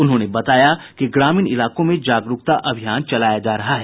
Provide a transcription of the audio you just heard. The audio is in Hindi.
उन्होंने बताया कि ग्रामीण इलाकों में जागरूकता अभियान चलाया जा रहा है